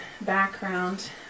background